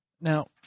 Now